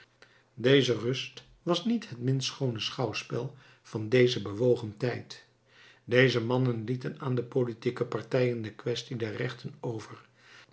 deze rust was niet het minst schoone schouwspel van dezen bewogen tijd deze mannen lieten aan de politieke partijen de quaestie der rechten over